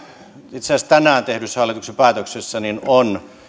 itse asiassa tänään tehdyssä hallituksen päätöksessä on